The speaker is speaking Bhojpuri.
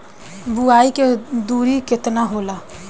बुआई के दूरी केतना होला?